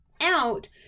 out